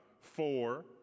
four